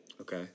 Okay